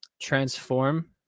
transform